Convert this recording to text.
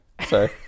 sorry